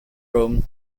room